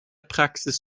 praxis